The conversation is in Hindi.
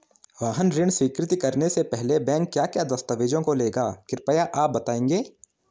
वाहन ऋण स्वीकृति करने से पहले बैंक क्या क्या दस्तावेज़ों को लेगा कृपया आप बताएँगे?